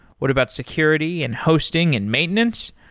what about security and hosting and maintenance?